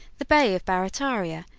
the bay of barrataria,